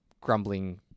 grumbling